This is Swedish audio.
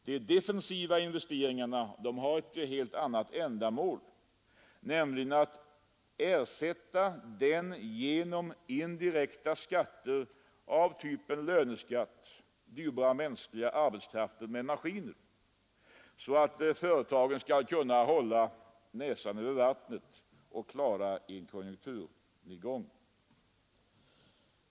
De defensiva investeringarna har ett helt annat ändamål, nämligen att ersätta den på grund av indirekta skatter av typen löneskatt dyrbara mänskliga arbetskraften med maskiner så att företagen kan hålla näsan över vattnet och klara en konjunkturnedgång.